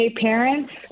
parents